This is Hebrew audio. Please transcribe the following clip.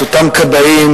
את אותם כבאים,